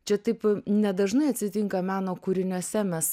čia taip nedažnai atsitinka meno kūriniuose mes